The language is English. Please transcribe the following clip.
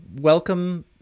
welcome